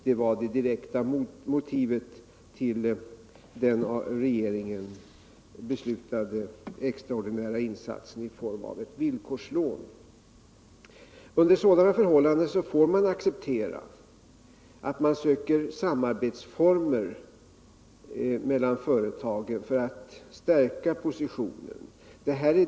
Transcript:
Detta var det direkta motivet till den av regeringen beslutade extraordinära insatsen i form av ett villkorslån. Under sådana förhållanden får man acceptera att samarbetsformer söks mellan företag för att stärka positionen.